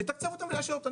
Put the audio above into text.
לתקצב אותן ולאשר אותן,